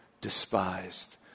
despised